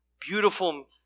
beautiful